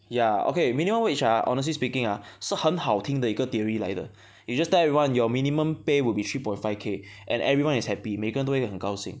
ya okay minimum wage ah honestly speaking ah 是很好听的一个 theory 来的 you just tell everyone your minimum pay will be three point five K and everyone is happy 每个人都会很高兴